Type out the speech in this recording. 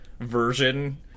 version